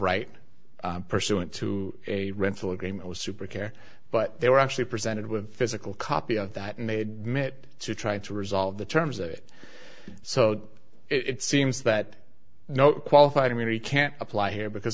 right pursuant to a rental agreement was super care but they were actually presented with physical copy of that in a minute to try to resolve the terms of it so it seems that no qualified immunity can't apply here because